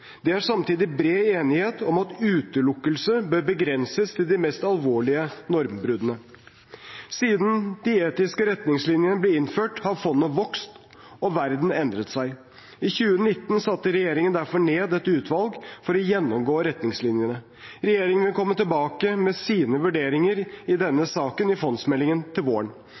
Det er samtidig bred enighet om at utelukkelse bør begrenses til de mest alvorlige normbruddene. Siden de etiske retningslinjene ble innført, har fondet vokst og verden endret seg. I 2019 satte regjeringen derfor ned et utvalg for å gjennomgå retningslinjene. Regjeringen vil komme tilbake med sine vurderinger i denne saken i fondsmeldingen til våren.